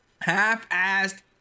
half-assed